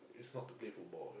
it's not to play football